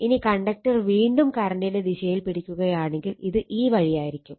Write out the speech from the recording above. ഇനി കണ്ടക്ടർ വീണ്ടും കറണ്ടിന്റെ ദിശയിൽ പിടിക്കുകയാണെങ്കിൽ ഇത് ഈ വഴിയായിരിക്കും